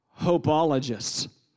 hopeologists